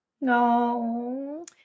No